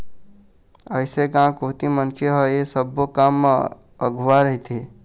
अइसे गाँव कोती मनखे ह ऐ सब्बो काम म अघुवा रहिथे